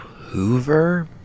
Hoover